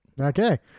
Okay